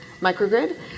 microgrid